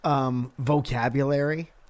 Vocabulary